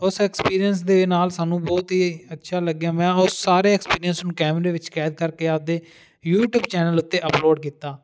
ਉਸ ਐਕਸਪੀਰੀਅੰਸ ਦੇ ਨਾਲ ਸਾਨੂੰ ਬਹੁਤ ਹੀ ਅੱਛਾ ਲੱਗਿਆ ਮੈਂ ਉਹ ਸਾਰੇ ਐਕਸਪੀਰੀਅੰਸ ਨੂੰ ਕੈਮਰੇ ਵਿੱਚ ਕੈਦ ਕਰਕੇ ਆਪਦੇ ਯੂਟਿਊਬ ਚੈਨਲ ਉੱਤੇ ਅਪਲੋਡ ਕੀਤਾ